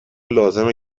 لازمه